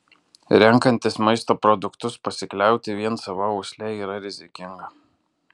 renkantis maisto produktus pasikliauti vien sava uosle yra rizikinga